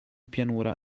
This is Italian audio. pianura